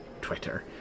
twitter